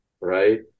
Right